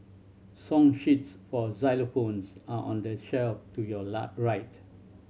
song sheets for xylophones are on the shelf to your right